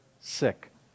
sick